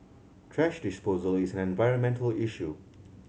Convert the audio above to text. thrash disposal is an environmental issue